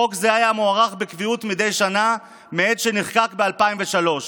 חוק זה היה מוארך בקביעות מדי שנה מאז נחקק ב-2003.